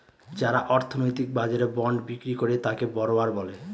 যারা অর্থনৈতিক বাজারে বন্ড বিক্রি করে তাকে বড়োয়ার বলে